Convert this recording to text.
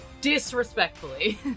disrespectfully